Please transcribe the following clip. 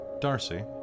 Darcy